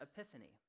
epiphany